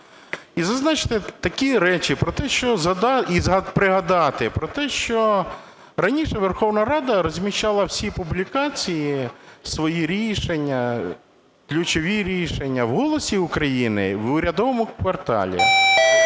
і зазначити такі речі, про те, що... і пригадати про те, що раніше Верховна Рада розміщала всі публікації, свої рішення, ключові рішення в "Голосі України", в "Урядовому кварталі"…